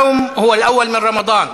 להלן תרגומם: היום הוא היום הראשון של רמדאן.